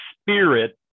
spirit